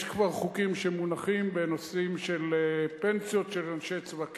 יש כבר חוקים שמונחים בנושאים של פנסיות של אנשי צבא קבע,